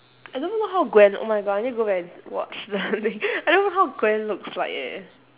I don't even know how gwen oh my god I need go back and watch the movie I don't know how gwen looks like eh